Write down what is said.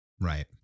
Right